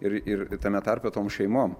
ir ir tame tarpe toms šeimom